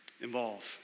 involve